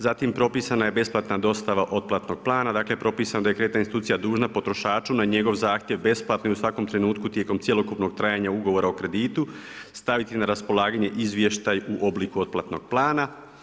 Zatim, propisana je besplatna dostava otplatnog plana, dakle propisano je da je kreditna institucija dužna potrošaču na njegov zahtjev besplatno i u svakom trenutku tijekom cjelokupnog trajanja ugovora o kreditu staviti na raspolaganje izvještaj u obliku otplatnog plana.